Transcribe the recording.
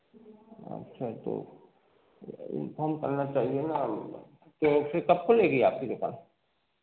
अच्छा तो इन्फॉर्म करना चाहिए ना आपको तो फिर कब खुलेगी आपकी दुकान